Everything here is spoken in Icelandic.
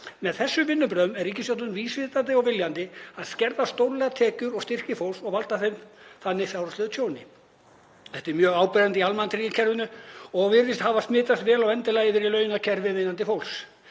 Með þessum vinnubrögðum er ríkisstjórnin vísvitandi og viljandi að skerða stórlega tekjur og styrki fólks og valda þeim þannig fjárhagslegu tjóni. Þetta er mjög áberandi í almannatryggingakerfinu og virðist hafa smitast vel og vendilega yfir í launakerfi vinnandi fólks,